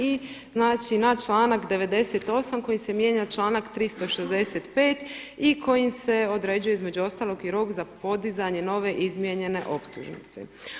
I na članak 98. kojim se mijenja članak 365. i kojim se određuje između ostalog i rok za podizanje nove izmijenjene optužnice.